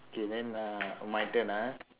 okay then uh my turn ah